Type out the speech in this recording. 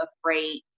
afraid